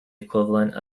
equivalent